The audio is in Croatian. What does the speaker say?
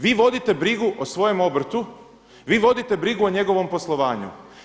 Vi vodite brigu o svojem obrtu, vi vodite brigu o njegovom poslovanju.